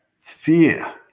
fear